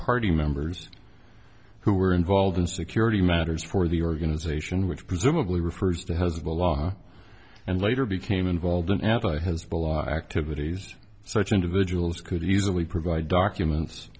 party members who were involved in security matters for the organization which presumably refers to hezbollah and later became involved in at activities such individuals could easily provide documents